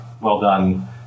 well-done